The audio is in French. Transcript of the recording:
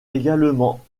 également